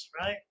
right